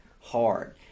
hard